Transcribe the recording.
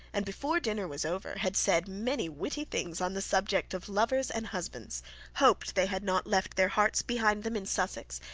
and before dinner was over had said many witty things on the subject of lovers and husbands hoped they had not left their hearts behind them in sussex,